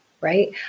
right